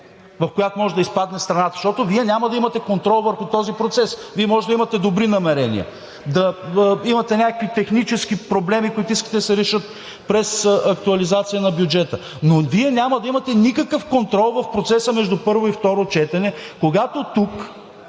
в която може да изпадне страната, защото Вие няма да имате контрол върху този процес. Вие може да имате добри намерения, да имате някакви технически проблеми, които искате да се решат през актуализация на бюджета, но Вие няма да имате никакъв контрол в процеса между първо и второ четене, когато тук